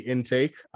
Intake